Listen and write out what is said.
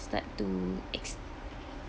start to ex~